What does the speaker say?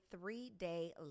three-day